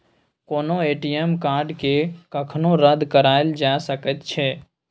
कोनो ए.टी.एम कार्डकेँ कखनो रद्द कराएल जा सकैत छै